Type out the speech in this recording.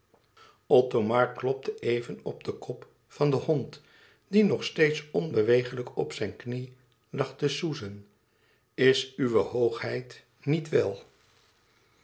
othomar klopte even op den kop van den hond die nog steeds onbewegelijk op zijn knie lag te soezen is uwe hoogheid niet wel